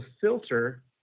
filter